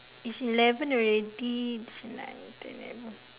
it's eleven already